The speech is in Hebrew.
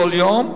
כל יום,